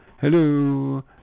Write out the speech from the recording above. Hello